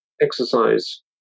exercise